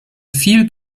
viel